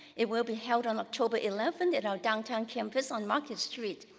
it will be held on october eleventh and at our downtown campus on market street.